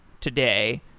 today